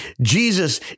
Jesus